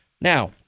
Now